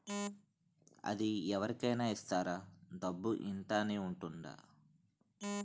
అది అవరి కేనా ఇస్తారా? డబ్బు ఇంత అని ఉంటుందా?